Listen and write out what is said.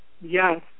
Yes